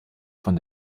von